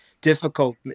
difficult